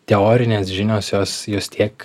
teorinės žinios jos jos tiek